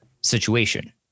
situation